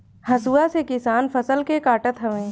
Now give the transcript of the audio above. हसुआ से किसान फसल के काटत हवे